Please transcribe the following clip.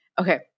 Okay